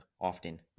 often